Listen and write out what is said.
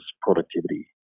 productivity